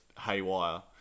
haywire